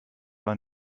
war